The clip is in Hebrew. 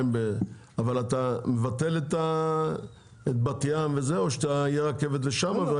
אבל אתה מבטל את בת ים וזה, או שתהיה גם רכבת לשם?